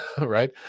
Right